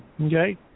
okay